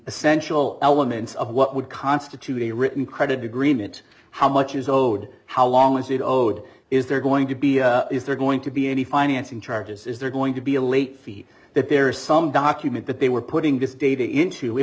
essential elements of what would constitute a written credit agreement how much is owed how long is it oh do is there going to be is there going to be any financing charges is there going to be a late fee that there is some document that they were putting this data int